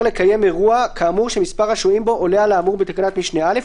לקיים אירוע כאמור שמספר השוהים בו עולה על האמור בתקנת משנה (א),